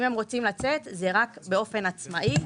אם הם רוצים לצאת, זה רק באופן עצמאי.